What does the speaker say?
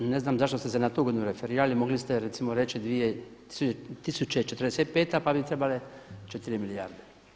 Ne znam zašto ste se na tu godinu referirali, mogli ste recimo reći 2045. godina pa bi trebale 4 milijarde.